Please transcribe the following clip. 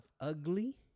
ugly